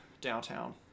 downtown